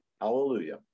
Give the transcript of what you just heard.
hallelujah